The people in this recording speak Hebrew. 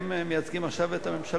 שניהם מייצגים עכשיו את הממשלה.